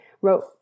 wrote